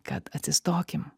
kad atsistokim